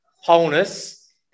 wholeness